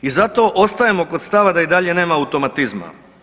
I zato ostajemo kod stava da i dalje nema automatizma.